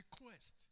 request